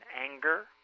anger